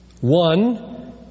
One